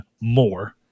more